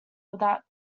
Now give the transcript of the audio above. without